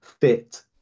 fit